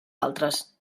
altres